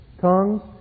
tongues